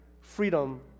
freedom